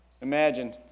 Imagine